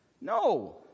No